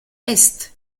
est